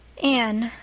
anne,